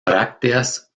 brácteas